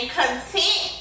content